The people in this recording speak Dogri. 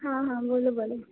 हां हां बोलो बोलो